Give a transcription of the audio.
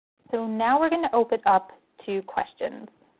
so now we're going to open up to questions.